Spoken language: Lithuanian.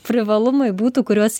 privalumai būtų kuriuos